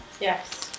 Yes